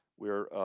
we're